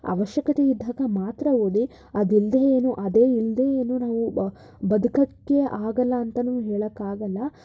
ಅವಶ್ಯಕತೆ ಇದ್ದಾಗ ಮಾತ್ರ ಓದಿ ಅದಿಲ್ಲದೆ ಏನು ಅದೇ ಇಲ್ಲದೆ ಏನು ನಾವು ಬದುಕಕ್ಕೇ ಆಗಲ್ಲ ಅಂತಾನೂ ಹೇಳಕ್ಕಾಗಲ್ಲ